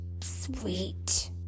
sweet